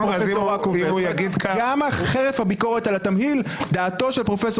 גם חרף הביקורת על התמהיל דעתו של פרופ'